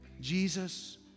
Jesus